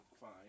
Fine